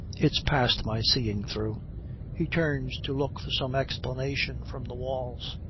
it's past my seeing through he turns to look for some explanation from the walls.